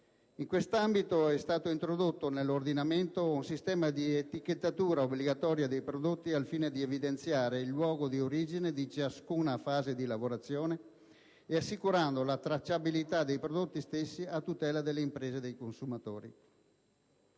In quest'ambito è stato introdotto nell'ordinamento un sistema di etichettatura obbligatoria dei prodotti, al fine di evidenziare il luogo di origine di ciascuna fase di lavorazione e di assicurare la tracciabilità dei prodotti stessi a tutela delle imprese e dei consumatori.